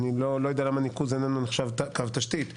אני לא יודע למה ניקוז איננו נחשב קו תשתית.